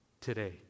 today